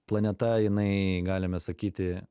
planeta jinai galime sakyti